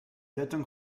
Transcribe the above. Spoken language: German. rettung